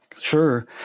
Sure